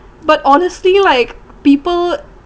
but honestly like people